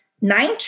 nine